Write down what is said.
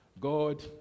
God